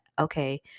okay